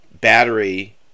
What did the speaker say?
battery